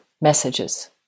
messages